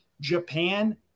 Japan